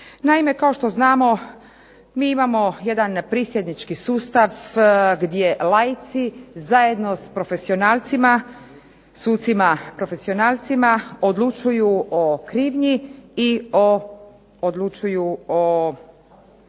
Naime, kao što znamo mi imamo jedan prisjednički sustav gdje laici zajedno sa profesionalcima, sucima profesionalcima odlučuju o krivnji i odlučuju o